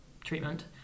treatment